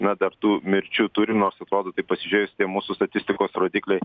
na dar tų mirčių turim nors atrodo taip pasižiūrėjus tie mūsų statistikos rodikliai